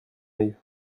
œil